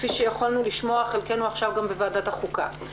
כפי שיכולנו לשמוע חלקנו עכשיו גם בוועדת החוקה.